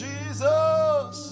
Jesus